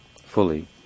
fully